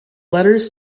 letters